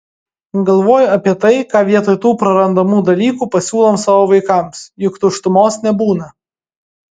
galvoju apie tai ką vietoj tų prarandamų dalykų pasiūlom savo vaikams juk tuštumos nebūna